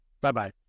Bye-bye